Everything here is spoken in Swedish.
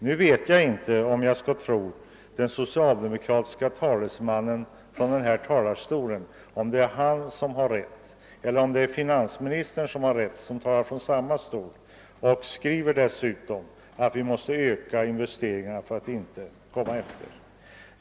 Nu vet jag inte vem som har rätt: den socialdemokratiske talesmannen i detta ärende eller finansministern, som säger och skriver att vi måste öka investeringarna för att inte komma efter.